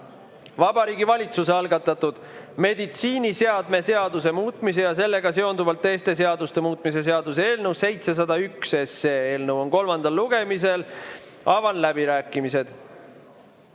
Vabariigi Valitsuse algatatud meditsiiniseadme seaduse muutmise ja sellega seonduvalt teiste seaduste muutmise seaduse eelnõu 701 kolmas lugemine. Avan läbirääkimised.